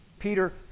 Peter